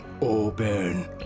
Open